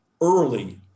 early